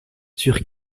sur